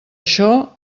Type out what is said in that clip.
això